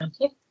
Okay